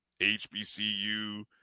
HBCU